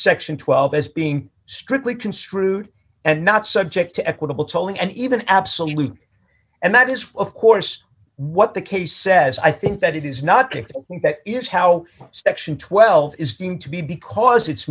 section twelve as being strictly construed and not subject to equitable tolling and even absolute and that is of course what the case says i think that it is not kicked that is how section twelve is deemed to be because it's